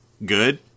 Good